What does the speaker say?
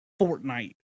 Fortnite